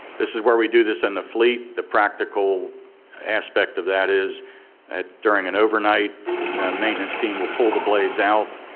this is where we do this in the fleet, the practical aspect of that is during an overnight the maintenance team will pull the blades out,